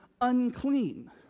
unclean